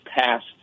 passed